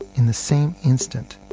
in the same instant,